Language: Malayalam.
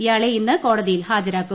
ഇയാളെ ഇന്ന് കോടതിയിൽ ഹാജരാക്കും